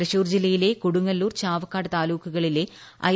തൃശൂർ ജില്ലയിലെ കൊടുങ്ങല്ലൂർ ചാവക്കാട് താലൂക്കുകളിലെ ഐ